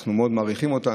אנחנו מאוד מעריכים אותה.